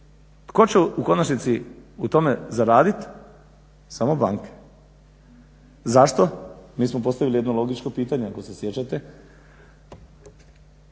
Tko će u konačnici u tome zaraditi? Samo banke. Zašto? Mi smo postavili jedno logičko pitanje ako se sjećate,